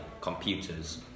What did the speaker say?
computers